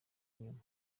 inyuma